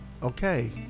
Okay